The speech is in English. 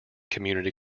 community